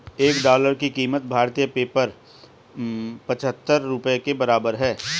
एक डॉलर की कीमत भारतीय पेपर पचहत्तर रुपए के बराबर है